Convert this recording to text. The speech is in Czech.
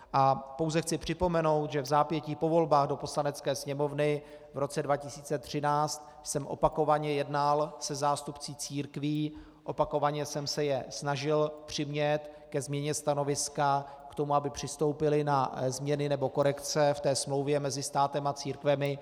A pouze chci připomenout, že vzápětí po volbách do Poslanecké sněmovny v roce 2013 jsem opakovaně jednal se zástupci církví, opakovaně jsem se je snažil přimět ke změně stanoviska, k tomu, aby přistoupili na změny nebo korekce v té smlouvě mezi státem a církvemi.